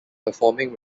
performing